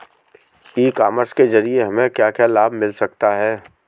ई commerce के ज़रिए हमें क्या क्या लाभ मिल सकता है?